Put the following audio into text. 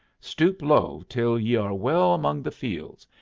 stoop low till ye are well among the fields,